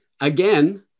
again